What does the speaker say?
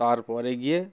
তারপরে গিয়ে